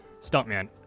Stuntman